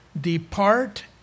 depart